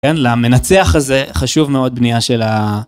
כן, למנצח הזה חשוב מאוד בנייה של ה...